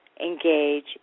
engage